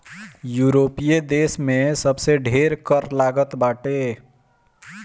यूरोपीय देस में सबसे ढेर कर लागत बाटे